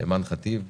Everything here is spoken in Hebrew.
אימאן ח'טיב,